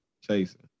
chasing